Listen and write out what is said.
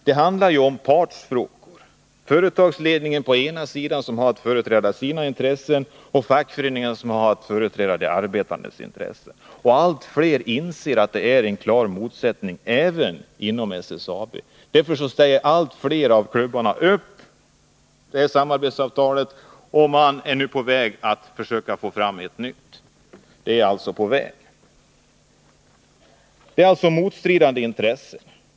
Det handlar om partsfrågor: å ena sidan företagsledningen som har att företräda sina intressen och å andra sidan fackföreningen som har att företräda de arbetandes intressen. Allt fler inom SSAB inser att det finns en klar motsättning. Därför säger allt fler av klubbarna upp samarbetsavtalet, och man är nu på väg att försöka få fram ett nytt.